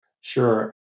Sure